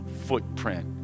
footprint